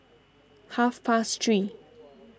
half past three